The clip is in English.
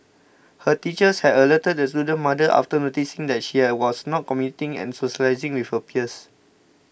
her teachers had alerted the student's mother after noticing that she I was not communicating and socialising with her peers